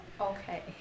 Okay